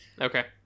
Okay